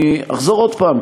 אני אחזור עוד פעם,